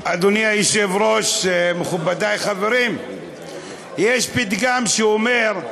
אדוני היושב-ראש, מכובדי, חברים, יש פתגם שאומר: